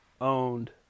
owned